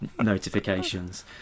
notifications